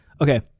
Okay